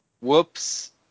whoops